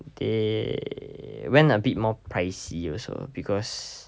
they went a bit more pricey also because